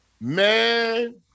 Man